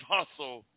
Hustle